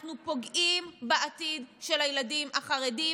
אנחנו פוגעים בעתיד של הילדים החרדים,